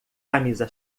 camisa